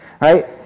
right